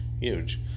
huge